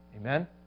Amen